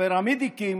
הפרמדיקים